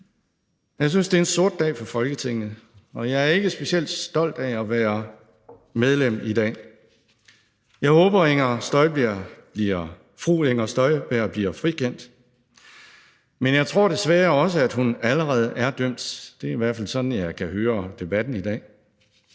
Jeg synes, det er en sort dag for Folketinget, og jeg er ikke specielt stolt af at være medlem i dag. Jeg håber, at fru Inger Støjberg bliver frikendt, men jeg tror desværre også, at hun allerede er dømt; det er i hvert fald sådan, jeg kan høre debatten i dag.